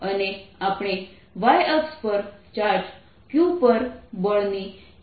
અને આપણે y અક્ષ પર ચાર્જ q પર બળ ની ગણતરી કરવા માંગીએ છીએ